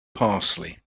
parsley